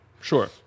Sure